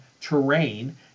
terrain